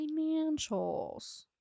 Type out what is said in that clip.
financials